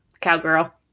Cowgirl